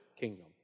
kingdom